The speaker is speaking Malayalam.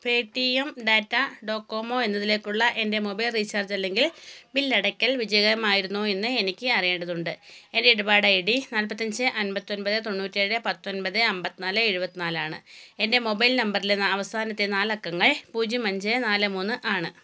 pay T M Tata Docomo എന്നതിലേക്കുള്ള എൻ്റെ മൊബൈൽ റീചാർജ് അല്ലെങ്കിൽ ബിൽ അടയ്ക്കൽ വിജയമായിരുന്നോ എന്ന് എനിക്ക് അറിയേണ്ടതുണ്ട് എൻ്റെ ഇടപാടൈഡി നാല്പത്തിയഞ്ച് അൻപത്തി ഒന്പത് തൊണ്ണൂറ്റിയേഴ് പത്തൊൻപത് അന്പത്തി നാല് എഴുപത്തിനാലാണ് എൻ്റെ മൊബൈൽ നമ്പറിലെ അവസാനത്തെ നാലക്കങ്ങൾ പൂജ്യം അഞ്ച് നാല് മൂന്ന് ആണ്